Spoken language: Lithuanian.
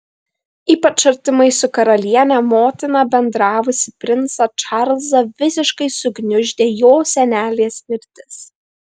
ypač artimai su karaliene motina bendravusį princą čarlzą visiškai sugniuždė jo senelės mirtis